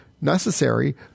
necessary